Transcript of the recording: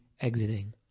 exiting